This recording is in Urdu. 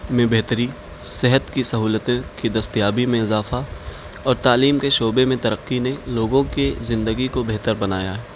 میں بہتری صحت کی سہولتیں کی دستیابی میں اضافہ اور تعلیم کے شعبے میں ترقی نے لوگوں کے زندگی کو بہتر بنایا ہے